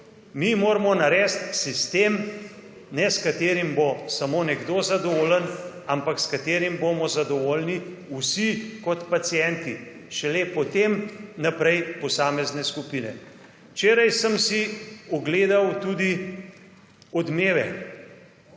Mi moramo narediti sistem ne s katerim bo samo nekdo zadovoljen, ampak s katerim bomo zadovoljni vsi kot pacienti, šele potem naprej posamezne skupine. Včeraj sem si ogledal tudi Odmeve.